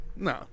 No